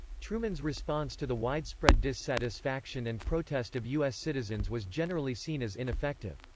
truman's response to the widespread dissatisfaction and protest of us citizens was generally seen as ineffective.